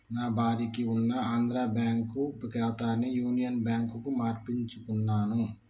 నా భార్యకి ఉన్న ఆంధ్రా బ్యేంకు ఖాతాని యునియన్ బ్యాంకుకు మార్పించుకున్నాను